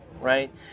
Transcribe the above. right